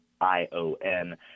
I-O-N